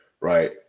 right